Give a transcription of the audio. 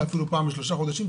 לפעמים פעם בשלושה חודשים,